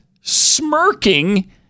smirking